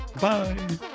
Bye